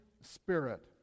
spirit